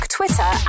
Twitter